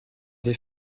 des